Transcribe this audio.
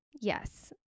Yes